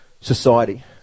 society